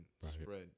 spread